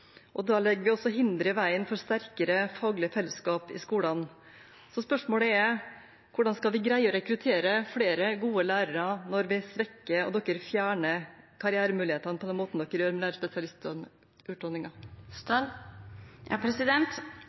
også hinder i veien for sterkere faglig fellesskap i skolene. Så spørsmålet er: Hvordan skal vi greie å rekruttere flere gode lærere når vi svekker og Senterpartiet fjerner karrieremulighetene på den måten de gjør med